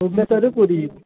ଭୁବନେଶ୍ଵରରୁ ପୁରୀ ଯିବୁ